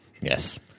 yes